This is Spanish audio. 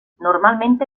normalmente